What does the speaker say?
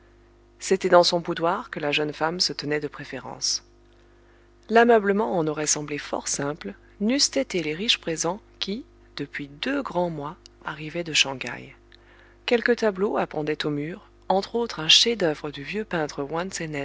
c'était dans son boudoir que la jeune femme se tenait de préférence l'ameublement en aurait semblé fort simple n'eussent été les riches présents qui depuis deux grands mois arrivaient de shang haï quelques tableaux appendaient aux murs entre autres un chef-d'oeuvre du vieux peintre